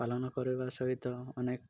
ପାଳନ କରିବା ସହିତ ଅନେକ